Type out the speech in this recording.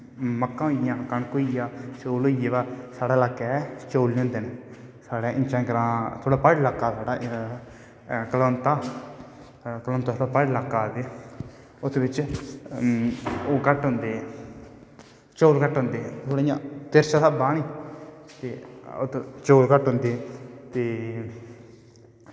मक्कां होइयां कनक होई चौल होइये वा साढ़े इलाके चौल नी होंदे हैन साढ़े इत्थें ग्रां थोह्ड़ा प्हाड़ी ल्हाका ऐ कलौतै कलौतै साढ़ै प्हाड़ी ल्हाका ऐ ते इत्त बिच ओह् घट्ट होंदे चौल घट्ट होंदे थोह्ड़ा इयां तिरछे स्हाबै दा ऐ नी ते उत्त चौल घट्ट होंदे ते